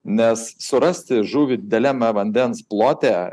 nes surasti žuvį dideliame vandens plote